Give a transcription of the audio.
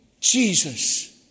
Jesus